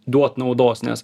duot naudos nes